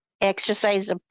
exercise